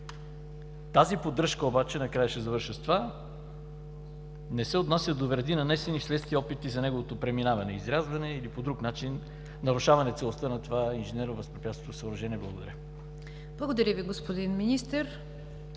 Тази поддръжка обаче, накрая ще завърша с това, не се отнася до вреди, нанесени вследствие опити за неговото преминаване – изрязване или по друг начин нарушаване целостта на това инженерно възпрепятстващо съоръжение. Благодаря. ПРЕДСЕДАТЕЛ НИГЯР ДЖАФЕР: